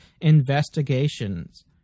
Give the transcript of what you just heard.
investigations